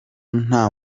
nta